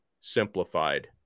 simplified